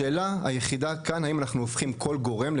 השאלה היחידה כאן היא האם אנחנו הופכים כל גורם כאן